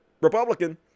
Republican